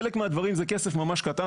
חלק מהדברים זה כסף ממש קטן.